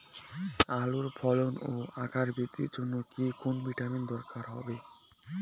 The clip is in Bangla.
আলুর ফলন ও আকার বৃদ্ধির জন্য কি কোনো ভিটামিন দরকার হবে?